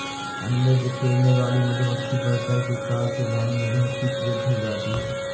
अंडे बिखेरने वाले मधुमक्खी वर्कर के कार्य से रानी मधुमक्खी क्रुद्ध हो जाती है